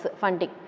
funding